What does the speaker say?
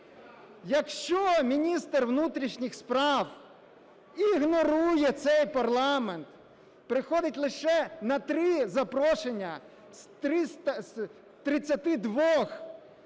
Якщо міністр внутрішніх справ ігнорує цей парламент, приходить лише на три запрошення із